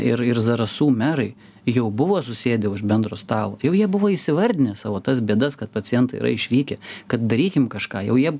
ir ir zarasų merai jau buvo susėdę už bendro stalo jau jie buvo įsivardiję savo tas bėdas kad pacientai yra išvykę kad darykim kažką jau jie